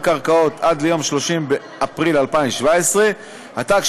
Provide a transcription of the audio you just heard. קרקעות עד ליום 30 באפריל 2017. עתה,